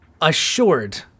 assured